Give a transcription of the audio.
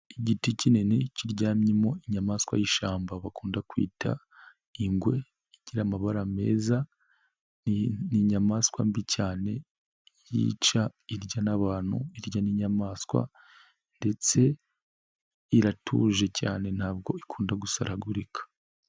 Igiti kinini, kiryamyemo inyamaswa y'ishyamba, bakunda kwita ingwe, igira amabara meza, ni inyamaswa mbi cyane, yica, irya n'abantu, irya n'inyamaswa ndetse iratuje cyane ntabwo ikunda gusaragurika.